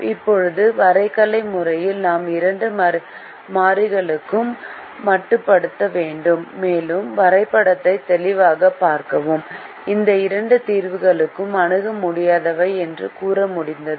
இப்போது வரைகலை முறையில் நாம் இரண்டு மாறிகளுக்கு மட்டுப்படுத்தப்பட்டோம் மேலும் வரைபடத்தை தெளிவாகப் பார்க்கவும் இந்த இரண்டு தீர்வுகளும் அணுக முடியாதவை என்றும் கூற முடிந்தது